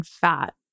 fat